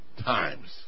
times